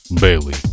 Bailey